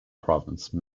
province